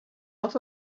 off